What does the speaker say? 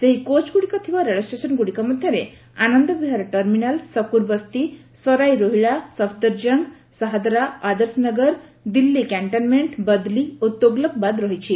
ସେହି କୋଚ୍ଗୁଡ଼ିକ ଥିବା ରେଳଷ୍ଟେସନଗୁଡ଼ିକ ମଧ୍ୟରେ ଆନନ୍ଦବିହାର ଟର୍ମିନାଲ ଶକୁରବସ୍ତି ଶରାଇ ରୋହିଳା ଶଫ୍ଦରଜଙ୍ଗ ସାହାଦରା ଆଦର୍ଶନଗର ଦିଲ୍ଲୀ କ୍ୟାଶ୍ଚନମେଣ୍ଟ ବଦଲି ଓ ତୋଗଲକାବାଦ ରହିଛି